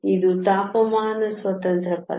ಇದು ತಾಪಮಾನ ಸ್ವತಂತ್ರ ಪದ